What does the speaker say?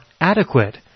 adequate